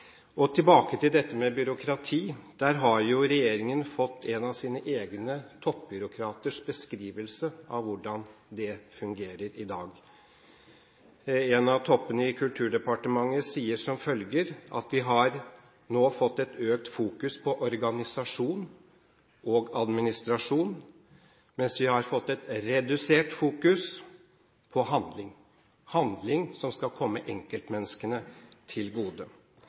Tilbake til dette med byråkrati: Der har regjeringen fått en av sine egne toppbyråkraters beskrivelse av hvordan det fungerer i dag. En av toppene i Kulturdepartementet sier at vi nå har fått et økt fokus på organisasjon og administrasjon, mens vi har fått et redusert fokus på handling – handling som skal komme enkeltmenneskene til gode.